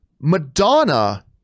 Madonna